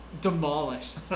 demolished